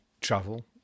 travel